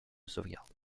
sauvegarde